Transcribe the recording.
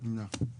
נמנע.